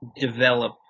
develop